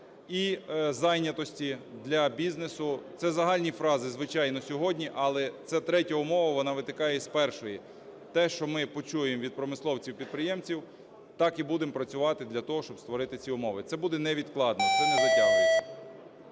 і зайнятості для бізнесу. Це загальні фрази, звичайно, сьогодні, але це третя умова, вона витікає із першої. Те, що ми почуємо від промисловців, підприємців, так і будемо працювати для того, щоб створити ці умови. Це буде невідкладно, це не затягується.